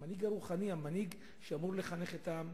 המנהיג הרוחני, המנהיג שאמור לחנך את העם,